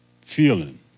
feeling